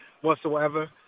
whatsoever